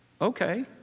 okay